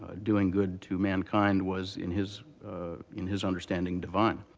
doing good to mankind was, in his in his understanding, divine.